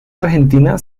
argentina